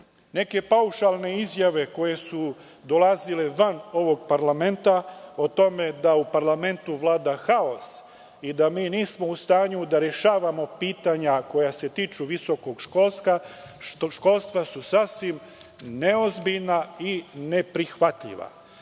paušalne izjave koje su dolazile van ovog parlamenta, o tome da u parlamentu vlada haos i da mi nismo u stanju da rešavamo pitanja koja se tiču visokog školstva, su sasvim neozbiljna i neprihvatljiva.